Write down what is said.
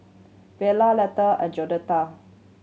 Vella Letha and Joette